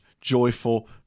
joyful